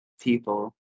people